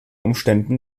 umständen